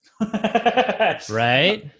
right